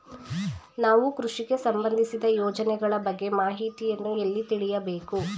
ನಾವು ಕೃಷಿಗೆ ಸಂಬಂದಿಸಿದ ಯೋಜನೆಗಳ ಬಗ್ಗೆ ಮಾಹಿತಿಯನ್ನು ಎಲ್ಲಿ ತಿಳಿಯಬೇಕು?